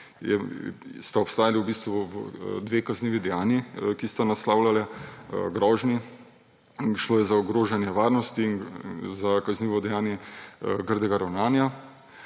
obstajali v bistvu dve kaznivi dejanji, ki sta naslavljali grožnje. Šlo je za ogrožanje varnosti in za kaznivo dejanje grdega ravnanja.